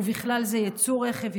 ובכלל זה ייצור רכב,